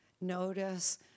Notice